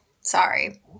sorry